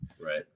Right